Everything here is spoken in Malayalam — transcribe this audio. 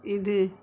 ഇത്